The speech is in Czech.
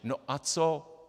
No a co?